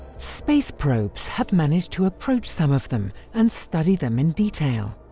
space probes have managed to approach some of them and study them in detail.